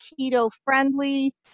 keto-friendly